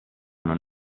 non